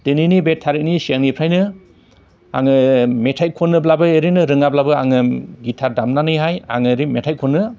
दिनैनि बे थारिखनि सिगांनिफ्रायनो आङो मेथाइ खनोब्ला ओरैनो रोङाब्लाबो आङो गिटार दामनानैहाय आङो ओरै मेथाइ खनो